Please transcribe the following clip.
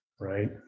right